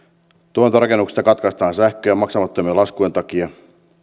tuotantorakennuksista katkaistaan sähköjä maksamattomien laskujen takia